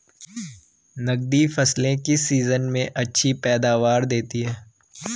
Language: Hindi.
नकदी फसलें किस सीजन में अच्छी पैदावार देतीं हैं?